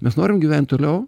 mes norim gyvent toliau